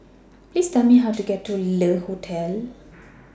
Please Tell Me How to get to Le Hotel